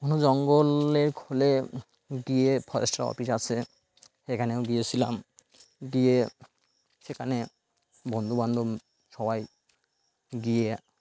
ঘন জঙ্গলের খোলে গিয়ে ফরেস্টের অফিস আছে সেখানেও গিয়েছিলাম গিয়ে সেখানে বন্ধুবান্ধব সবাই গিয়ে